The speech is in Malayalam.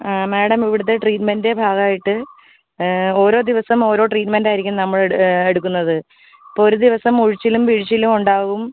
ആ മാഡം ഇവിടുത്തെ ട്രീറ്റ്മെൻറ്റ് ഭാഗം ആയിട്ട് ഓരോ ദിവസം ഓരോ ട്രീറ്റ്മെൻറ്റ് ആയിരിക്കും നമ്മൾ എടുക്കുന്നത് അപ്പോൾ ഒരു ദിവസം ഉഴിച്ചിലും പിഴിച്ചിലും ഉണ്ടാകും